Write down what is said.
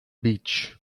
beach